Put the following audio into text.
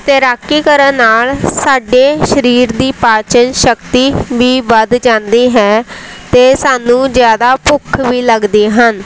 ਤੈਰਾਕੀ ਕਰਨ ਨਾਲ ਸਾਡੇ ਸ਼ਰੀਰ ਦੀ ਪਾਚਨ ਸ਼ਕਤੀ ਵੀ ਵੱਧ ਜਾਂਦੀ ਹੈਂ ਅਤੇ ਸਾਨੂੰ ਜ਼ਿਆਦਾ ਭੁੱਖ ਵੀ ਲੱਗਦੀ ਹਨ